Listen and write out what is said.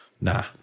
Nah